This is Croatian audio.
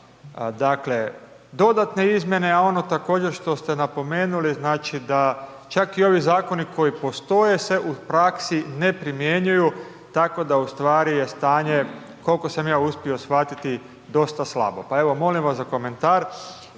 dakle dodatne izmjene, a ono također što ste napomenuli znači da čak i ovi zakoni koji postoje se u praksi ne primjenjuju tako da ustvari je stanje dosta slabo. Pa evo, molim vas za komentar